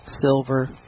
silver